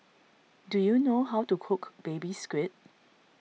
do you know how to cook Baby Squid